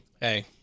hey